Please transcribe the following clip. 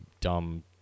dumb